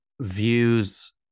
views